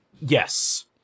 Yes